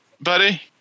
buddy